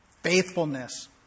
faithfulness